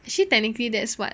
actually technically that's what